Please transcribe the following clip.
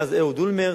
לדבר אתו,